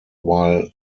while